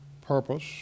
purpose